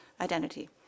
identity